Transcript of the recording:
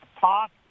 talk